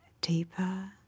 deeper